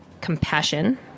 compassion